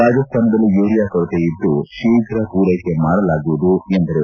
ರಾಜಸ್ತಾನದಲ್ಲೂ urea ಕೊರತೆ ಇದ್ದು ಶೀಘ್ರ ಪೂರೈಕೆ ಮಾಡಲಾಗುವುದು ಎಂದರು